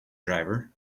driver